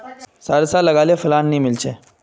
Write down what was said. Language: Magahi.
सारिसा लगाले फलान नि मीलचे?